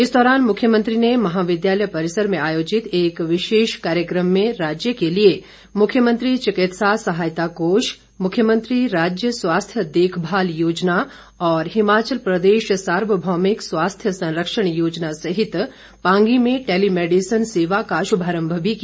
इस दौरान मुख्यमंत्री ने महाविद्यालय परिसर में आयोजित एक विशेष कार्यक्रम में राज्य के लिए मुख्यमंत्री चिकित्सा सहायता कोष मुख्यमंत्री राज्य स्वास्थ्य देखभाल योजना और हिमाचल प्रदेश सार्वभौमिक स्वास्थ्य संरक्षण योजना सहित पांगी में टेलीमेडिसन सेवा का शुभारंभ भी किया